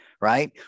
right